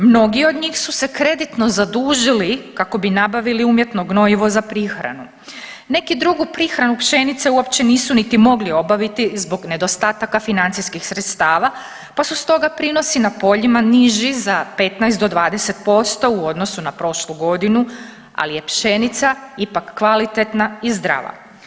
Mnogi od njih su se kreditno zadužili kako bi nabavili umjetno gnojivo za prihranu, neki drugu prihranu pšenice uopće nisu niti mogli obaviti zbog nedostataka financijskih sredstava, pa su stoga prinosi na poljima niži za 15 do 20% u odnosu na prošlu godinu, ali je pšenica ipak kvalitetna i zdrava.